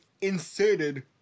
inserted